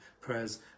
prayers